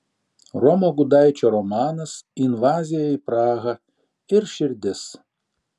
romo gudaičio romanas invazija į prahą ir širdis